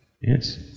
Yes